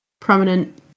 prominent